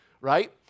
right